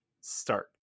start